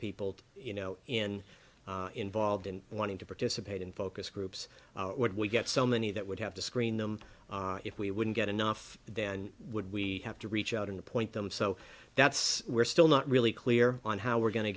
people you know in involved in wanting to participate in focus groups would we get so many that would have to screen them if we wouldn't get enough then would we have to reach out and appoint them so that's we're still not really clear on how we're going to